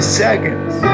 seconds